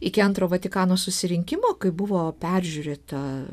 iki antro vatikano susirinkimo kai buvo peržiūrėta